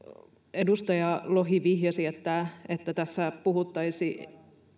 edustaja lohi vihjasi että tässä puhuttaisiin